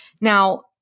Now